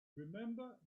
remember